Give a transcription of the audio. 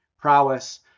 prowess